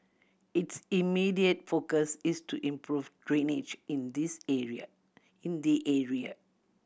its immediate focus is to improve drainage in this area in the area